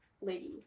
Lady